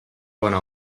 bona